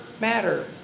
matter